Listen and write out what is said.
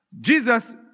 Jesus